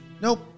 nope